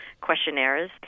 questionnaires